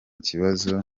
kibazo